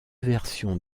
versions